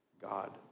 God